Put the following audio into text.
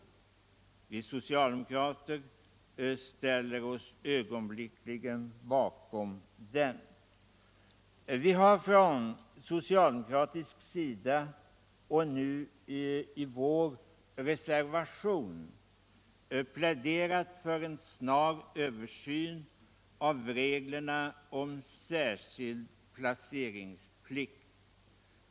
Vi socialdemokrater ställer oss ögonblickligen bakom den. Vi har från socialdemokratisk sida motionsledes och nu i vår reservation pläderat för en snar översyn av reglerna om särskild placeringsplikt.